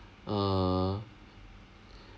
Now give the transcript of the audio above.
err